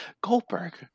Goldberg